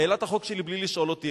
העלה את החוק שלי בלי לשאול אותי,